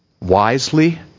wisely